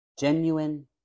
genuine